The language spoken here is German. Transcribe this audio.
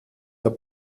der